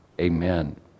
amen